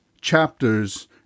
chapters